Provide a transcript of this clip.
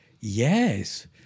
Yes